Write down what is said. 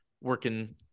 working